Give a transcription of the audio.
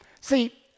See